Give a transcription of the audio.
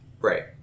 Right